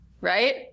Right